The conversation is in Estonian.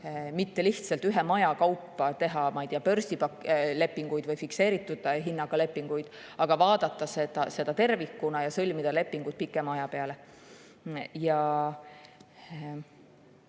mitte lihtsalt ühe maja kaupa teha, ma ei tea, börsilepinguid või fikseeritud hinnaga lepinguid, vaid vaadata tervikuna ja sõlmida lepinguid pikema aja peale.